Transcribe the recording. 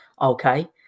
Okay